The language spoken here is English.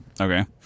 Okay